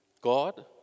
God